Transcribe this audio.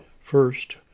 first